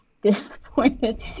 disappointed